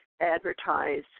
advertise